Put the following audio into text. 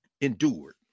endured